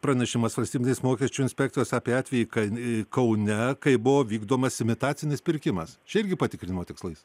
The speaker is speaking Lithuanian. pranešimas valstybinės mokesčių inspekcijos apie atvejį kai kaune kai buvo vykdomas imitacinis pirkimas čia irgi patikrinimo tikslais